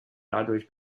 dadurch